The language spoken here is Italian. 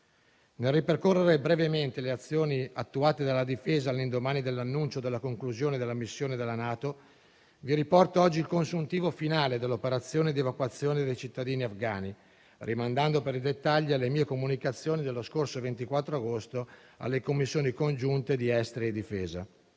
Nel ripercorrere brevemente le azioni attuate dalla Difesa all'indomani dell'annuncio della conclusione della missione della NATO, vi riporto oggi il consuntivo finale dell'operazione di evacuazione dei cittadini afghani, rimandando per i dettagli alle mie comunicazioni dello scorso 24 agosto alle Commissioni congiunte esteri e difesa.